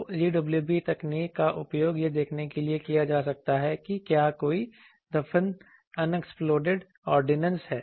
तो UWB तकनीक का उपयोग यह देखने के लिए किया जा सकता है कि क्या कोई दफन अनएक्सप्लोडेड ऑर्डिनेंस है